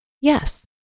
Yes